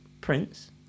Prince